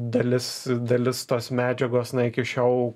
dalis dalis tos medžiagos na iki šiol